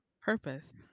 purpose